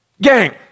Gang